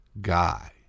guy